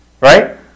Right